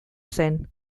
zen